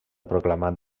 proclamat